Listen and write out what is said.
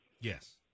Yes